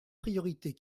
priorités